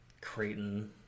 Creighton